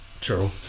True